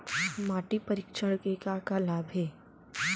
माटी परीक्षण के का का लाभ हे?